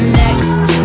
next